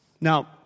Now